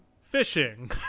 Fishing